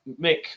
Mick